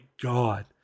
god